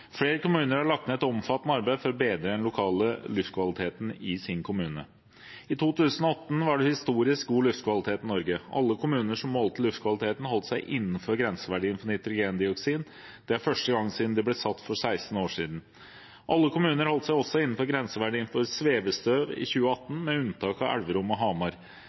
Flere kommuner har lagt ned et omfattende arbeid for å bedre den lokale luftkvaliteten. I 2018 var det historisk god luftkvalitet i Norge. Alle kommuner som målte luftkvaliteten, holdt seg innenfor grenseverdiene for nitrogendioksid. Det er første gang siden de ble satt, for 16 år siden. Alle kommuner holdt seg også innenfor grenseverdien for svevestøv i 2018, med unntak av Elverum og Hamar.